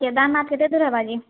କେଦାରନାଥ କେତେ ଦୂର୍ ହେବା କି